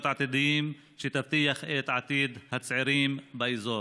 עתידיות שיבטיחו את עתיד הצעירים באזור.